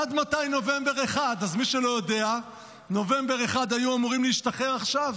עד מתי נובמבר 1. אז מי שלא יודע נובמבר 2021 היו אמורים להשתחרר עכשיו,